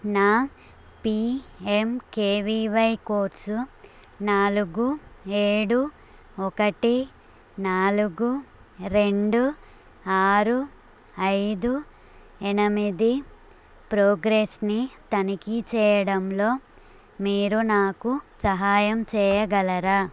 నా PMKVY course నాలుగు ఏడు ఒకటి నాలుగు రెండు ఆరు ఐదు యనమిది ప్రోగ్రెస్ని తనిఖీ చేయడంలో మీరు నాకు సహాయం చేయగలరా